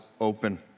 open